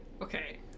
okay